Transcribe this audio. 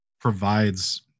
provides